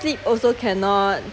sleep also cannot